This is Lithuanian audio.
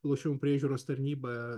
lošimų priežiūros tarnyba